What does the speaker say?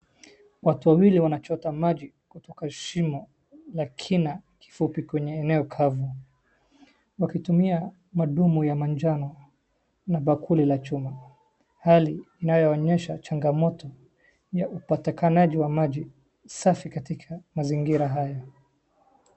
Watu wawili wanachota maji kwenye shimo la kina kifupi kwenye eneo kavu, wakitumia madumu ya majano na bakuri la chuma. Hali inayo onyesha changamoto ya upatikanaji wa maji safi katika mazingira haya.